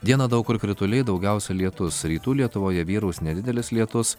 dieną daug kur krituliai daugiausiai lietus rytų lietuvoje vyraus nedidelis lietus